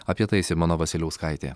apie tai simona vasiliauskaitė